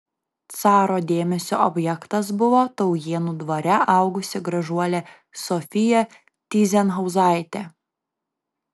caro dėmesio objektas buvo taujėnų dvare augusi gražuolė sofija tyzenhauzaitė